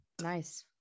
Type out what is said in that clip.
Nice